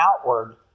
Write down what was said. outward